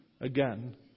again